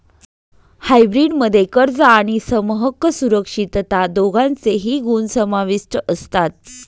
hybrid मध्ये कर्ज आणि समहक्क सुरक्षितता दोघांचेही गुण समाविष्ट असतात